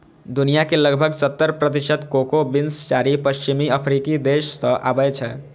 दुनिया के लगभग सत्तर प्रतिशत कोको बीन्स चारि पश्चिमी अफ्रीकी देश सं आबै छै